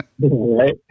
Right